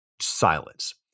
silence